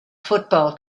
football